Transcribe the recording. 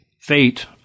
Fate